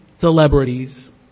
celebrities